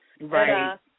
Right